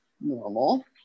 normal